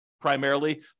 primarily